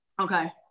Okay